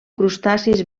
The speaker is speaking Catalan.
crustacis